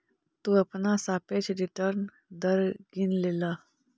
तु अपना सापेक्ष रिटर्न दर गिन लेलह